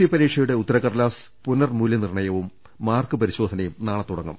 C പരീക്ഷയുടെ ഉത്തരക്കടലാസ് പുനർ മൂല്യനിർണ യവും മാർക്ക് പരിശോധനയും നാളെ തുടങ്ങും